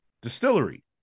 Distillery